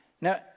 Now